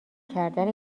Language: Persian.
کردن